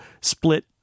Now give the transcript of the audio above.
split